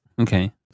Okay